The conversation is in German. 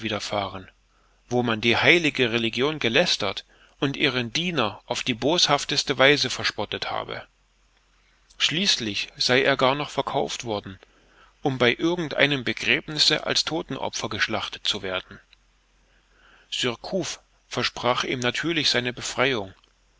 widerfahren wo man die heilige religion gelästert und ihren diener auf die boshafteste weise verspottet habe schließlich sei er gar noch verkauft worden um bei irgend einem begräbnisse als todtenopfer geschlachtet zu werden surcouf versprach ihm natürlich seine befreiung